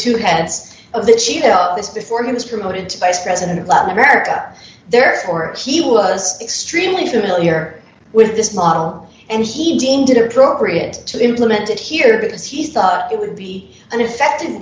two heads of the chain of this before him was promoted to bass president of latin america therefore he was extremely familiar with this model and he deemed appropriate to implement it here because he thought it would be an effect